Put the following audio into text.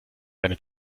eine